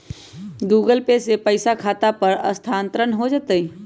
Google Pay से पईसा खाता पर स्थानानंतर हो जतई?